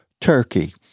turkey